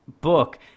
book